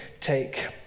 take